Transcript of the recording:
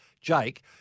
Jake